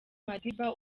madiba